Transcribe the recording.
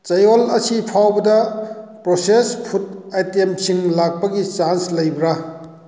ꯆꯌꯣꯜ ꯑꯁꯤ ꯐꯥꯎꯕꯗ ꯄ꯭ꯔꯣꯁꯦꯁ ꯐꯨꯗ ꯑꯥꯏꯇꯦꯝꯁꯤꯡ ꯂꯥꯛꯄꯒꯤ ꯆꯥꯟꯁ ꯂꯩꯕ꯭ꯔꯥ